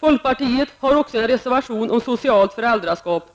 Folkpartiet har också en reservation om socialt föräldraskap.